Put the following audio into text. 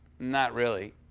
not really,